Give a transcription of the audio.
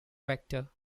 vector